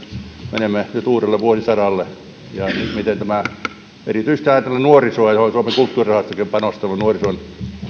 menemme nyt uudelle vuosisadalle erityisesti ajatellen nuorisoa suomen kulttuurirahastokin on panostanut nuorison